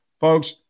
Folks